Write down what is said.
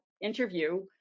interview